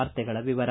ವಾರ್ತೆಗಳ ವಿವರ